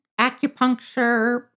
acupuncture